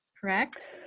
correct